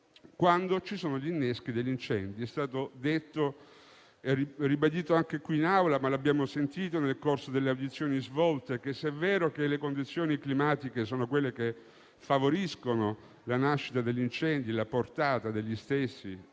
quando ci sono gli inneschi degli incendi. È stato detto e ribadito anche qui in Aula e l'abbiamo sentito nel corso delle audizioni svolte: se è vero che le condizioni climatiche favoriscono la nascita degli incendi e la portata degli stessi